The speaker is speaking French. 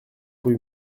rue